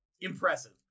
impressive